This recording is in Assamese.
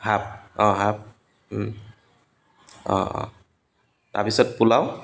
হাফ অঁ হাফ অঁ অঁ তাৰপিছত পোলাও